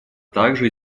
также